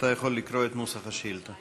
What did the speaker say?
אתה יכול לקרוא את נוסח השאילתה.